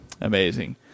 Amazing